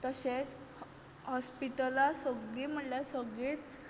तशेंच हॉस्पिटलां सगळीं म्हणल्यार सगळींच